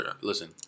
listen